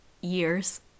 years